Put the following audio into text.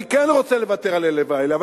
אני כן רוצה לוותר על אלה ועל אלה.